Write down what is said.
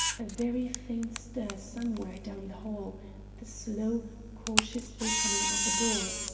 a very faint stir somewhere down the hall the slow, cautious opening of a door,